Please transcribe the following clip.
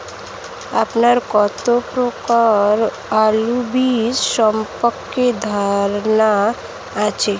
আপনার কত প্রকারের আলু বীজ সম্পর্কে ধারনা আছে?